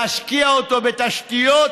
להשקיע אותו בתשתיות,